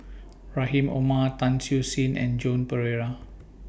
Rahim Omar Tan Siew Sin and Joan Pereira